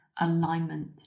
alignment